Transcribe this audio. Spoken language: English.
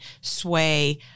sway